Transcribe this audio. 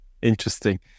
Interesting